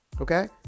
okay